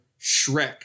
Shrek